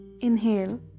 inhale